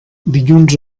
dilluns